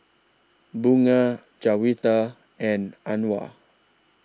Bunga Juwita and Anuar